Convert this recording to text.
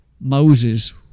Moses